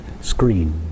screen